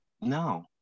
No